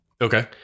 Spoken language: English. Okay